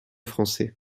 français